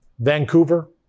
Vancouver